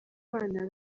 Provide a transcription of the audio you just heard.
bana